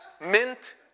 mint